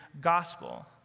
gospel